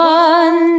one